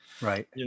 Right